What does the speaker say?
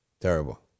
terrible